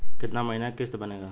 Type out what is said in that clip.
कितना महीना के किस्त बनेगा?